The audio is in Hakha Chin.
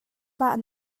bah